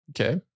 Okay